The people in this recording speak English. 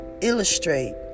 illustrate